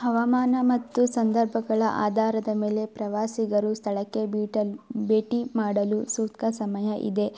ಹವಾಮಾನ ಮತ್ತು ಸಂದರ್ಭಗಳ ಆಧಾರದ ಮೇಲೆ ಪ್ರವಾಸಿಗರು ಸ್ಥಳಕ್ಕೆ ಬಿಟಲ್ ಭೇಟಿ ಮಾಡಲು ಸೂಕ್ತ ಸಮಯ ಇದೇ